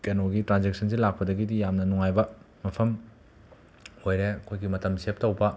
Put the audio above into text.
ꯀꯦꯅꯣꯒꯤ ꯇ꯭ꯔꯥꯟꯖꯦꯛꯁꯟꯁꯦ ꯂꯥꯛꯄꯗꯒꯤꯗꯤ ꯌꯥꯝꯅ ꯅꯨꯡꯉꯥꯏꯕ ꯃꯐꯝ ꯑꯣꯏꯔꯦ ꯑꯩꯈꯣꯏꯒꯤ ꯃꯇꯝ ꯁꯦꯞ ꯇꯧꯕ